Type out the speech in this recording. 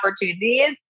opportunities